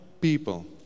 people